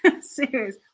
serious